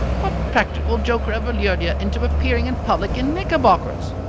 what practical joker ever lured you into appearing in public in knickerbockers?